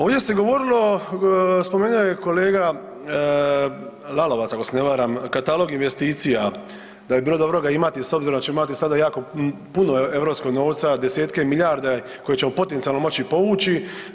Ovdje se govorilo, spomenuo je kolega Lalovac ako ne se varam, katalog investicija, da bi bilo dobro ga imati s obzirom da ćemo imati sada jako puno europskog novca, desetke milijardi koje ćemo potencijalno moći povući.